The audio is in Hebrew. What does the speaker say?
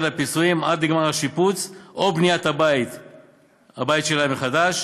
הפיצויים עד לגמר שיפוץ הבית שלהם או בנייתו מחדש.